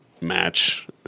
match